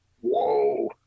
Whoa